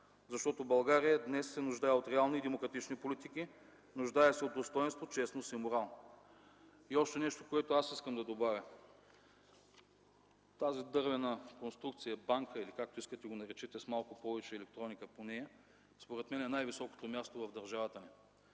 защото България днес се нуждае от реални и демократични политики, нуждае се от достойнство, честност и морал. И още нещо, което аз искам да добавя. Тази дървена конструкция, банка или както искате го наречете, с малко повече електроника по нея според мен е най-високото място в държавата ни.